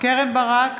קרן ברק,